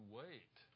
wait